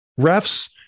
Refs